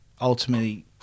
ultimately